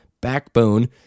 backbone